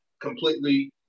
completely